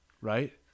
right